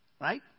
Right